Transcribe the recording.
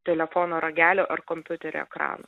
telefono ragelio ar kompiuterio ekrano